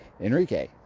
Enrique